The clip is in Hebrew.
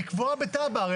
היא קבועה בתב"ע,